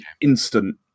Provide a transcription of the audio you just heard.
instant